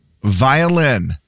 Violin